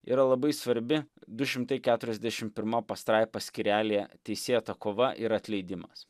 yra labai svarbi du šimtai keturiasdešim pirma pastraipa skyrelyje teisėta kova ir atleidimas